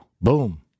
Boom